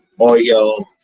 oil